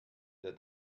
der